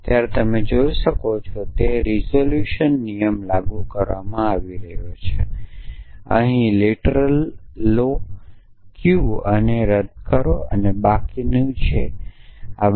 ત્યારે તમે જોઈ શકો છો તે જ રીઝોલ્યુશન નિયમ લાગુ કરવામાં આવી રહ્યો છે અહીંથી Q શાબ્દિક લો અને તે રદ કરો અને જે બાકી છે તે આ છે